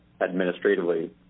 administratively